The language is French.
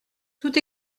tout